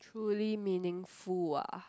truly meaningful ah